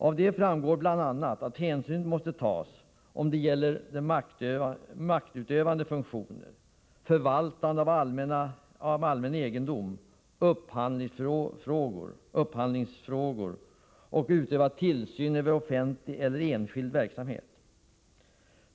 Därav framgår bl.a. att hänsyn måste tas om det gäller maktutövande funktioner, förvaltande av allmän egendom och upphandlingsfrågor eller om det gäller att utöva tillsyn över offentlig eller enskild verksamhet.